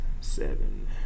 seven